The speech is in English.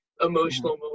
emotional